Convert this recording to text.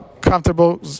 comfortable